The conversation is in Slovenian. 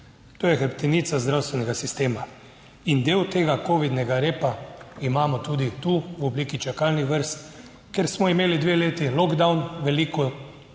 To je hrbtenica zdravstvenega sistema. In del tega covidnega repa imamo tudi tu v obliki čakalnih vrst, kjer smo imeli dve leti lockdown, veliko,